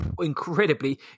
incredibly